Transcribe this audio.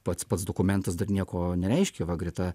pats pats dokumentas dar nieko nereiškia va greta